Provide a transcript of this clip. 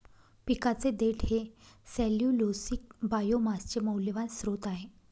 पिकाचे देठ हे सेल्यूलोसिक बायोमासचे मौल्यवान स्त्रोत आहे